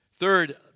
Third